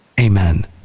Amen